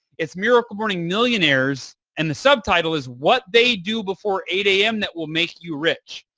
it's miracle morning millionaires and the subtitle is what they do before eight am that will make you rich.